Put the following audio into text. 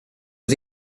was